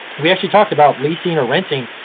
we actually talked about leasing or renting,